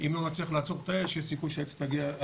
אם לא נצליח לעצור את האש יש סיכוי שהאש תגיע